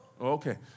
Okay